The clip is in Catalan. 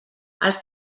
els